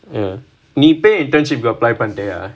நீ போய்:nee poyi internship கு:ku apply பண்ணிட்டியா:pannittiyaa